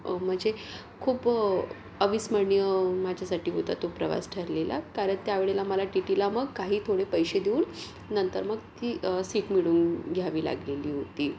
म्हणजे खूप अविस्मरणीय माझ्यासाठी होता तो प्रवास ठरलेला कारण त्यावेळेला मला टी टीला मग काही थोडे पैसे देऊन नंतर मग ती सीट मिळवून घ्यावी लागलेली होती